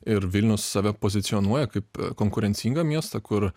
ir vilniaus save pozicionuoja kaip konkurencingą miestą kur